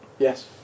Yes